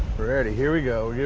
ready. here we go. yeah